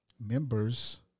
members